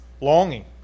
longing